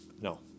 No